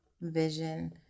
Vision